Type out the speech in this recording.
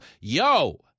Yo